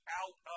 out